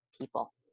people